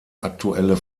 aktuelle